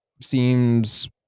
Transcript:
seems